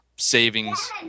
Savings